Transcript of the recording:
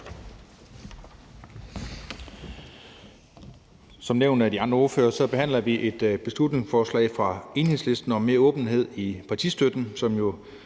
Som nævnt af de andre ordførere behandler vi et beslutningsforslag fra Enhedslisten om mere åbenhed i partistøtten,